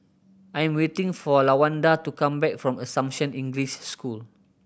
I am waiting for Lawanda to come back from Assumption English School